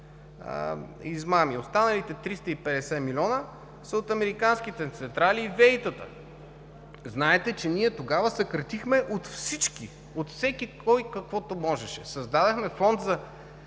измами, останалите 350 милиона са от американските централи и ВЕИ-тата. Знаете, че ние тогава съкратихме от всички, от всеки кой каквото можеше. Създадохме фонд за